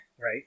right